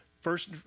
first